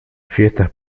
fiestas